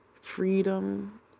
freedom